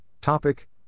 topic